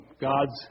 God's